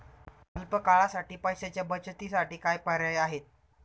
अल्प काळासाठी पैशाच्या बचतीसाठी काय पर्याय आहेत?